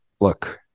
Look